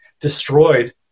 destroyed